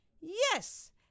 yes